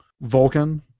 Vulcan